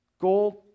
Gold